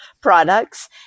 products